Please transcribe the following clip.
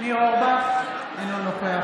ניר אורבך, אינו נוכח